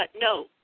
No